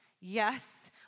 yes